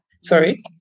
sorry